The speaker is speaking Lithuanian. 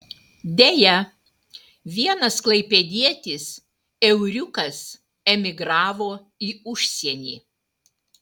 deja vienas klaipėdietis euriukas emigravo į užsienį